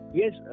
yes